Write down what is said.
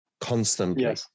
constantly